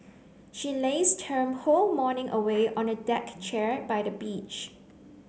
she lazed her whole morning away on a deck chair by the beach